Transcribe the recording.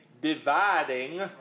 dividing